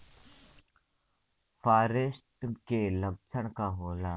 फारेस्ट के लक्षण का होला?